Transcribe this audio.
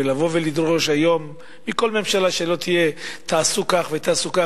ולבוא ולדרוש היום מכל ממשלה שלא תהיה: תעשו כך ותעשו כך,